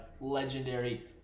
legendary